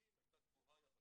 בתלמידים הייתה גבוהה יחסית.